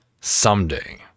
someday